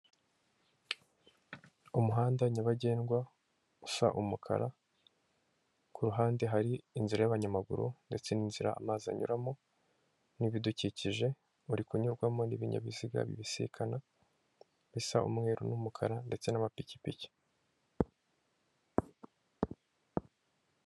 Umuhanda nyabagendwa usa umukara kuruhande hari inzira y'abanyamaguru ndetse n'inzira amazi anyuramo n'ibidukikije uri kunyurwamo n'ibinyabiziga bibisikana bisa umweru n'umukara ndetse n'amapikipiki.